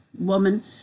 woman